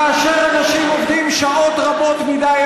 כאשר אנשים עובדים שעות רבות מדי,